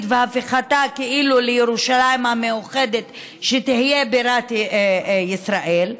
והפיכתה כאילו לירושלים המאוחדת שתהיה בירת ישראל.